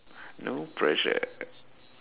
no pressure